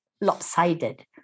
lopsided